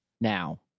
now